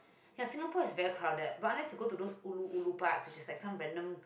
ya Singapore is very crowded but unless you go to those ulu ulu part which is like some random